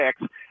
six